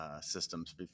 systems